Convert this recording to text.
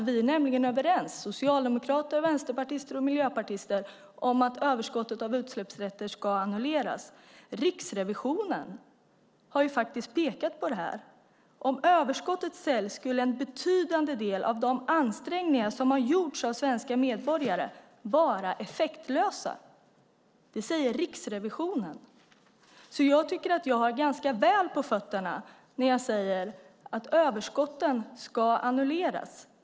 Vi är nämligen överens - socialdemokrater, vänsterpartister och miljöpartister - om att försäljningen av överskottet av utsläppsrätter ska annulleras. Riskrevisionen har pekat på det. Om överskottet säljs skulle en betydande del av de ansträngningar som har gjorts av svenska medborgare vara effektlösa. Det säger Riksrevisionen. Jag tycker att jag har ganska väl på fötterna när jag säger att försäljningen av överskotten ska annulleras.